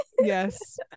Yes